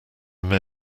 may